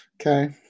okay